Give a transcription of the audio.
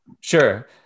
Sure